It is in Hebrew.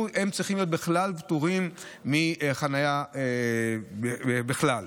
הם צריכים להיות פטורים מחניה בכלל,